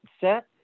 set